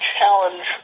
challenge